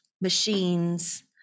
machines